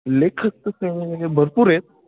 लेखक तसे भरपूर आहेत